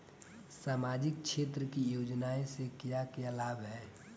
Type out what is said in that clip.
सामाजिक क्षेत्र की योजनाएं से क्या क्या लाभ है?